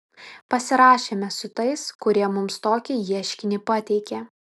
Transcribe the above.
pasirašėme su tais kurie mums tokį ieškinį pateikė